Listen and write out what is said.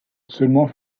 seulement